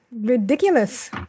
ridiculous